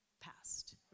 past